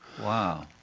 Wow